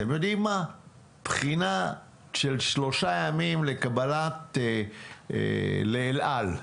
אתם יודעים מה, בחינה של שלושה ימים לקבלה לאל על,